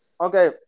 Okay